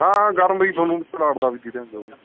ਹਾਂ ਗਰਮ ਵੀ ਤੁਹਾਨੂੰ ਘੁਲਾੜ ਦਾ ਵੀ ਦੇ ਦਿਆਂਗੇ